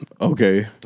Okay